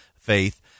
faith